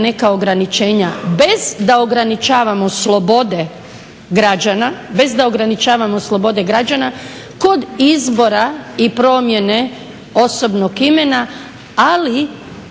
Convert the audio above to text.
na potrebna neka ograničenja bez da ograničavamo slobode građana kod izbora i promjene osobnog imena ali